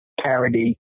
parody